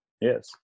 yes